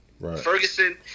Ferguson